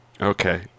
Okay